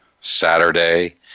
Saturday